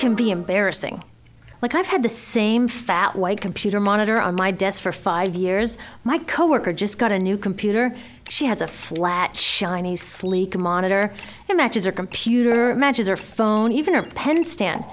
can be embarrassing like i've had the same fat white computer monitor on my desk for five years my coworker just got a new computer she has a flat shiny sleek a monitor their matches are computer matches or phone even a pen stand